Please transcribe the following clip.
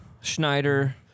Schneider